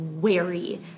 wary